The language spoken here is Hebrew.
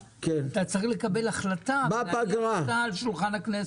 אתה צריך לקבל החלטה ולהביא אותה לשולחן הכנסת.